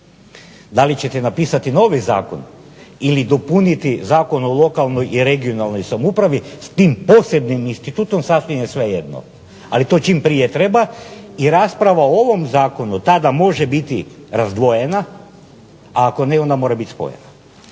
Da li ćete napisati novi zakon ili dopuniti Zakon o lokalnoj i regionalnoj samoupravi s tim posebnim institutom sasvim je svejedno. Ali to čim prije treba i rasprava o ovom zakonu tada može biti razdvojena, a ako ne onda mora biti spojena.